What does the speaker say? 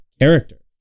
character